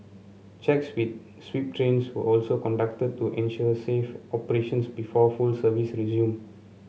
checks with sweep trains were also conducted to ensure safe operations before full service resumed